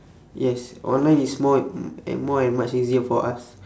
yes online is more and more and much easier for us